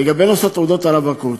לגבי נושא תעודות הרווקות,